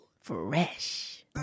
Fresh